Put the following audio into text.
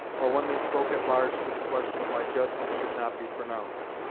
or when they spoke at large to the question why judgment should not be pronounced,